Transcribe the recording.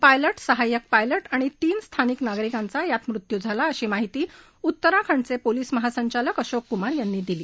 pilot सहाय्यक pilot आणि तीन स्थानिक नागरिकांचा यात मृत्यू झाला अशी माहिती उत्तराखंडचे पोलीस महासंचालक अशोक कुमार यांनी दिली